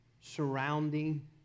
surrounding